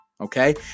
Okay